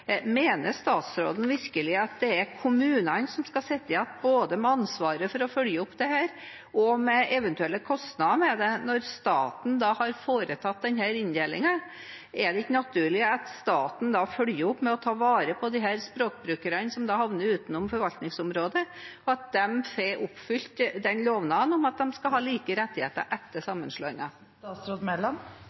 Mener statsråden virkelig at det er kommunene som skal sitte igjen med både ansvaret for å følge opp dette og de eventuelle kostnadene ved det når staten har foretatt denne inndelingen? Er det ikke naturlig at staten følger opp ved å ta vare på disse språkbrukerne som havner utenfor forvaltningsområdet, slik at de får oppfylt lovnaden om at de skal ha like rettigheter etter